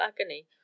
agony